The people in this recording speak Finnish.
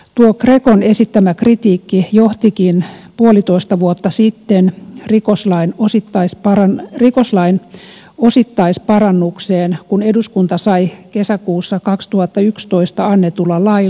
tuo grecon esittämä kritiikki johtikin puolitoista vuotta sitten rikoslain osittaisparannukseen kun eduskunta sai kesäkuussa kaksituhattayksitoista annetun lain